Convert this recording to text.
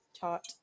taught